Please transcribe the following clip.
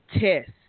test